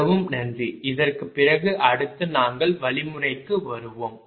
மிகவும் நன்றி இதற்குப் பிறகு அடுத்து நாங்கள் வழிமுறைக்கு வருவோம்